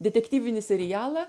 detektyvinį serialą